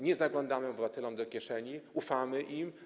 Nie zaglądamy obywatelom do kieszeni, ufamy im.